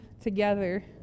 together